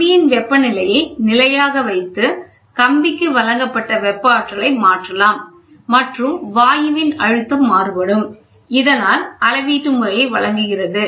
கம்பியின் வெப்பநிலையை நிலையாக வைத்து கம்பிக்கு வழங்கப்பட்ட வெப்ப ஆற்றலை மாற்றலாம் மற்றும் வாயுவின் அழுத்தம் மாறுபடும் இதனால் அழுத்த அளவீட்டு முறையை வழங்குகிறது